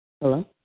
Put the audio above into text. Hello